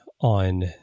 on